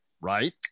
Right